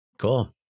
Cool